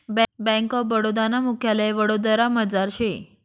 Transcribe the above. bank of Baroda नं मुख्यालय वडोदरामझार शे